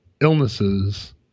illnesses